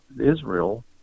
Israel